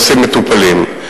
הנושאים מטופלים.